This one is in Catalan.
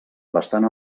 bastant